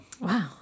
Wow